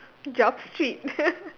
job street